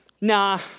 nah